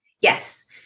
Yes